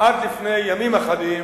עד לפני ימים אחדים